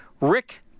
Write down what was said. rick